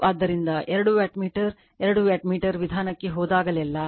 ಆದ್ದರಿಂದ ಎರಡು ವ್ಯಾಟ್ಮೀಟರ್ ಎರಡು ವ್ಯಾಟ್ಮೀಟರ್ ವಿಧಾನಕ್ಕೆ ಹೋದಾಗಲೆಲ್ಲಾ